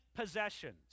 possessions